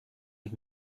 had